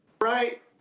right